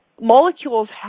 molecules